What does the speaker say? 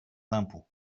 d’impôt